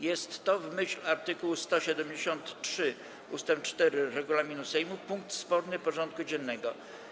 Jest to, w myśl art. 173 ust. 4 regulaminu Sejmu, punkt sporny porządku dziennego.